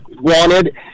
wanted